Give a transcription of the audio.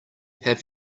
have